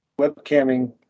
webcamming